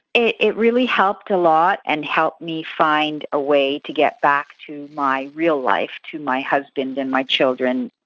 it it really helped a lot, and helped me find a way to get back to my real life, to my husband and my children.